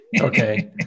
Okay